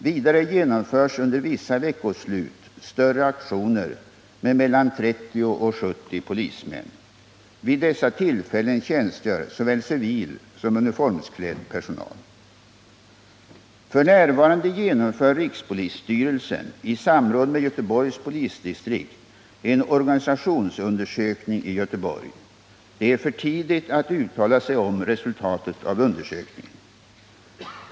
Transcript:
Vidare genomförs under vissa veckoslut större aktioner med mellan 30 och 70 polismän. Vid dessa tillfällen tjänstgör såväl civil som uniformsklädd personal. F. n. genomför rikspolisstyrelsen i samråd med Göteborgs polisdistrikt en organisationsundersökning i Göteborg. Det är för tidigt att uttala sig om resultatet av undersökningen.